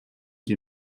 die